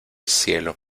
cielo